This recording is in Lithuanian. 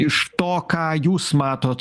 iš to ką jūs matot